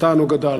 קטן או גדל.